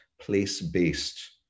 place-based